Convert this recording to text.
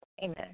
Amen